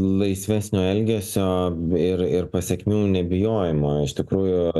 laisvesnio elgesio ir ir pasekmių nebijojimo iš tikrųjų